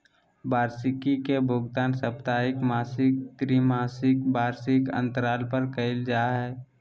वार्षिकी के भुगतान साप्ताहिक, मासिक, त्रिमासिक, वार्षिक अन्तराल पर कइल जा हइ